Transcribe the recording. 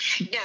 no